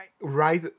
right